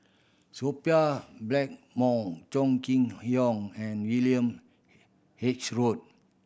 Sophia Blackmore Chong Kee Hiong and William H Read